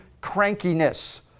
crankiness